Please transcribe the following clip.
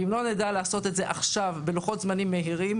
אם לא נדע לעשות את זה עכשיו בלוחות זמנים מהירים